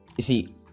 see